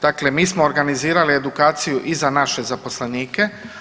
Dakle mi smo organizirali edukaciju i za naše zaposlenike.